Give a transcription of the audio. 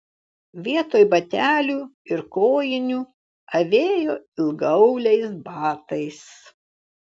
vietoj batelių ir kojinių avėjo ilgaauliais batais